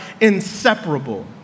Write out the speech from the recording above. inseparable